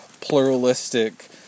pluralistic